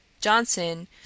Johnson